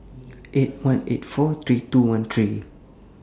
eight one eight four three two one three